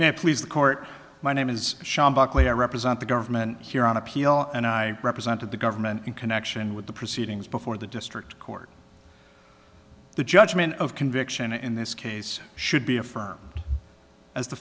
now please the court my name is sean buckley i represent the government here on appeal and i represented the government in connection with the proceedings before the district court the judgment of conviction in this case should be affirmed as the